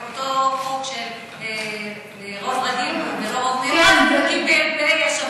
יחד עם החוק של רוב רגיל ולא רוב מיוחד, השבוע.